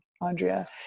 Andrea